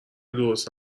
درست